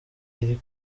iri